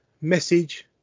message